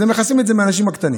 אז הם מכסים את זה מהאנשים הקטנים.